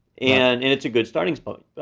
and and it's a good starting spot.